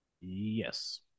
Yes